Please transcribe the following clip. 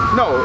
no